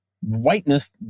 whiteness